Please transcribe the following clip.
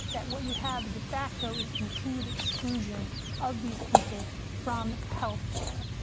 that what you have, de facto, is continued exclusion of these people from health care.